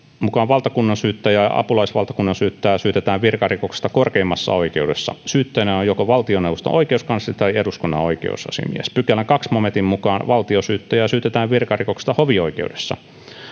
mukaan valtakunnansyyttäjää ja apulaisvaltakunnansyyttäjää syytetään virkarikoksesta korkeimmassa oikeudessa syyttäjänä on joko valtioneuvoston oikeuskansleri tai eduskunnan oikeusasiamies pykälän toisen momentin mukaan valtionsyyttäjää syytetään virkarikoksesta hovioikeudessa